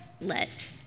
let